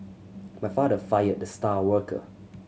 my father fired the star worker